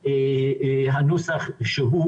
גברתי,